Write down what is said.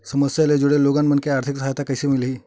समस्या ले जुड़े लोगन मन ल आर्थिक सहायता कइसे मिलही?